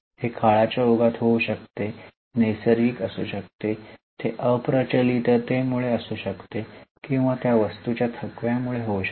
हे काळाच्या ओघात होऊ शकते हे नैसर्गिक असू शकते ते अप्रचलिततेमुळे असू शकते किंवा त्या वस्तूच्या थकव्यामुळे होऊ शकते